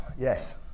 yes